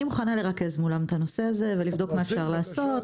אני מוכנה לרכז מולם את הנושא הזה ולבדוק מה ניתן לעשות,